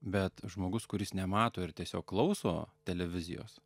bet žmogus kuris nemato ir tiesiog klauso televizijos